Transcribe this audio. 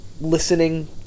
listening